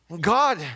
God